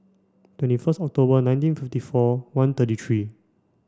twenty first October nineteen fifty four one thirty three